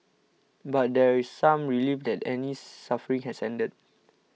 but there is some relief that Annie's suffering has ended